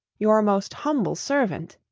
your most humble servant,